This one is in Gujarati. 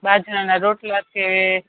બાજરીના રોટલા છે